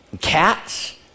cats